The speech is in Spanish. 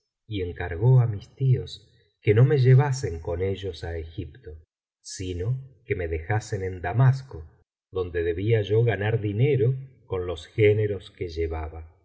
y encargó á mis tíos que no me llevasen con ellos á egipto sirio que me dejasen en damasco donde debía yo ganar dinero con los géneros que llevaba